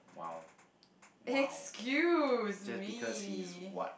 !wow! !wow! just because he's what